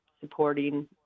supporting